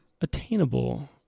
Attainable